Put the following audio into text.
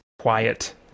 quiet